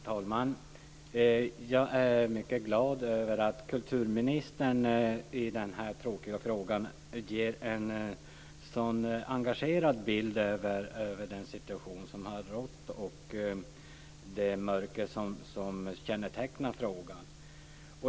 Herr talman! Jag är mycket glad över att kulturministern i den här tråkiga frågan ger en så engagerad bild av den situation som har rått och det mörker som kännetecknar frågan.